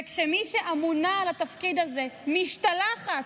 וכשמי שאמונה על התפקיד הזה משתלחת